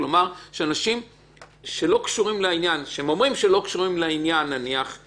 ואלה אנשים שאומרים שהם לא קשורים לעניין אז